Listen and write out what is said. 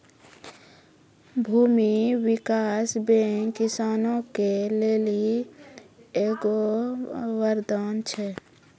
भूमी विकास बैंक किसानो के लेली एगो वरदान छै